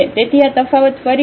તેથી આ તફાવત ફરીથી